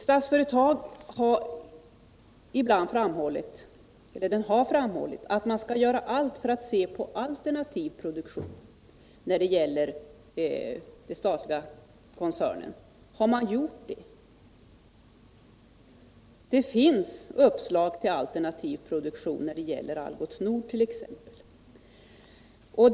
Statsföretag har framhållit att man när det gäller den statliga koncernen skall göra allt för att söka åstadkomma alternativ produktion. Har man gjort det? Det finns uppslag till alternativ produktion vid Algots Nord t.ex.